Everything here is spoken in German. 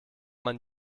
man